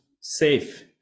safe